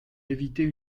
éviter